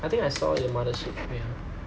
I think I saw in mothership wait ah